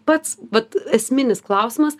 pats vat esminis klausimas